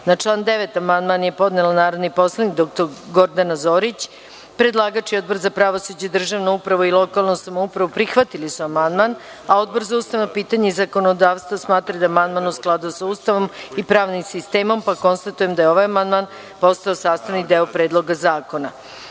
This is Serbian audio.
član 9. amandman je podnela narodni poslanik dr Gordana Zorić. Predlagač i Odbor za pravosuđe, državnu upravu i lokalnu samoupravu prihvatili su amandman. Odbor za ustavna pitanja i zakonodavstvo smatra da je amandman u skladu sa Ustavom i pravnim sistemom. Konstatujem da je ovaj amandman postao sastavni deo Predloga zakona. Na